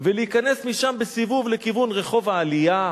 ולהיכנס משם בסיבוב לכיוון רחוב העלייה,